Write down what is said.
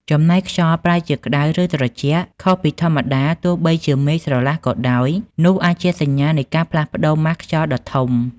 ចំណែកខ្យល់ប្រែជាក្តៅ ឬត្រជាក់ខុសពីធម្មតាទោះបីជាមេឃស្រឡះក៏ដោយ នោះអាចជាសញ្ញានៃការផ្លាស់ប្តូរម៉ាស់ខ្យល់ដ៏ធំ។